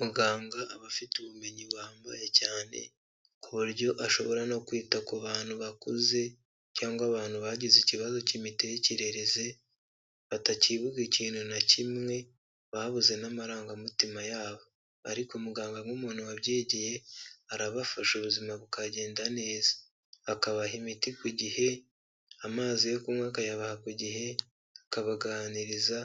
Muganga aba afite ubumenyi buhambaye cyane, ku buryo ashobora no kwita ku bantu bakuze cyangwa abantu bagize ikibazo k'imitekerereze, batakibuka ikintu na kimwe, babuze n'amarangamutima yabo ariko muganga nk'umuntu wabyigiye arabafasha ubuzima bukagenda neza, akabaha imiti ku gihe, amazi yo kunywa akayabaha ku gihe, akabaganiriza